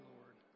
Lord